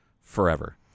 forever